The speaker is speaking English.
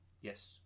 Yes